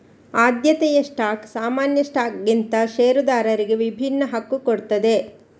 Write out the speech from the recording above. ಆದ್ಯತೆಯ ಸ್ಟಾಕ್ ಸಾಮಾನ್ಯ ಸ್ಟಾಕ್ಗಿಂತ ಷೇರುದಾರರಿಗೆ ವಿಭಿನ್ನ ಹಕ್ಕು ಕೊಡ್ತದೆ